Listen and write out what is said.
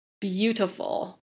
Beautiful